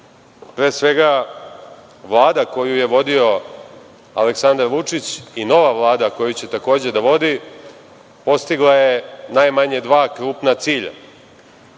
Pre svega, Vlada koju je vodio Aleksandar Vučić i nova Vlada koju će takođe da vodi postigla je najmanje dva krupna cilja.